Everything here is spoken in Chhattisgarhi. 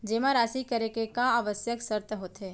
जेमा राशि करे के का आवश्यक शर्त होथे?